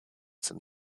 some